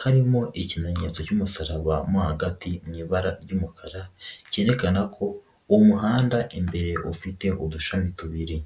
karimo ikimenyetso cy'umusaraba mo hagati mu ibara ry'umukara kerekana ko umuhanda imbere ufite udushami tubiri.